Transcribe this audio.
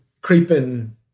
creeping